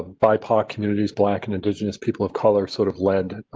bypass communities, black and indigenous people of color sort of land.